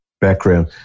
background